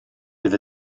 bydd